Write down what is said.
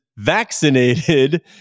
vaccinated